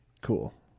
cool